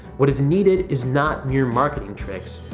what is needed is not mere marketing tricks,